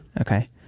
Okay